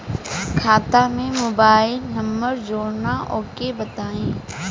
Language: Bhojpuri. खाता में मोबाइल नंबर जोड़ना ओके बताई?